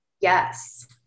Yes